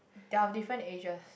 they are of different ages